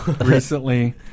recently